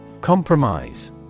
Compromise